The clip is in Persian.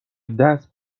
دست